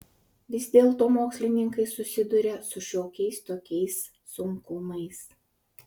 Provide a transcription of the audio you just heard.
vis dėlto mokslininkai susiduria su šiokiais tokiais sunkumais